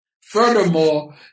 Furthermore